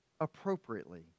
appropriately